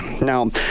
Now